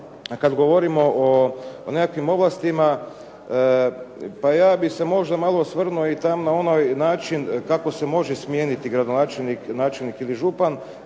kad govorimo o nekakvim ovlastima, pa ja bih se možda malo osvrnuo i tamo na onaj način kako se može smijeniti gradonačelnik,